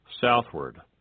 southward